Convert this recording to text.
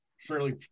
fairly